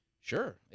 Sure